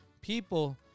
people